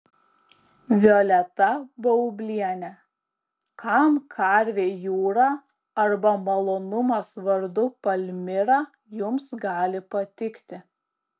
violeta baublienė kam karvei jūra arba malonumas vardu palmira jums gali patikti